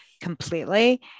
completely